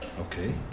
okay